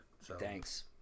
Thanks